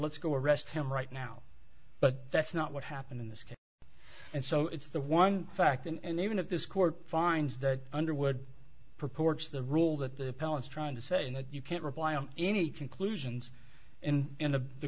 let's go arrest him right now but that's not what happened in this case and so it's the one fact and even if this court finds that underwood purports the rule that the appellant's trying to say that you can't rely on any conclusions and in